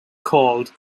called